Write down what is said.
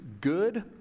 good